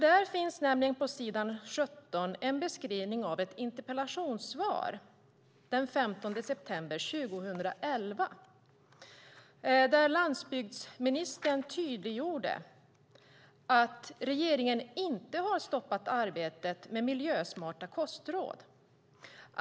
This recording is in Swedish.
Det finns nämligen på s. 17 en beskrivning av ett interpellationssvar från den 15 september 2011: "Landsbygdsministern tydliggjorde att regeringen inte har stoppat arbetet med miljösmarta kostråd.